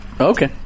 Okay